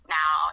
now